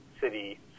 city